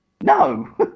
No